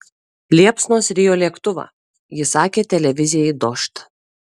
liepsnos rijo lėktuvą ji sakė televizijai dožd